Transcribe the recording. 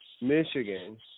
Michigan